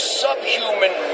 subhuman